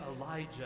Elijah